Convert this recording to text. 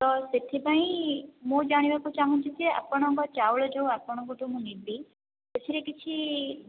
ତ ସେଥିପାଇଁ ମୁଁ ଜାଣିବାକୁ ଚାହୁଁଛି ଯେ ଆପଣଙ୍କ ଚାଉଳ ଯେଉଁ ଆପଣଙ୍କଠୁ ମୁଁ ନେବି ସେଥିରେ କିଛି